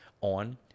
on